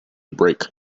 break